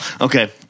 Okay